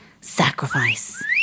sacrifice